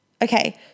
Okay